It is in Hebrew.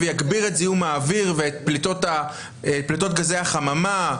ויגביר את זיהום האוויר ואת פליטות גזי החממה.